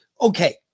okay